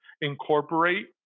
incorporate